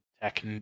tech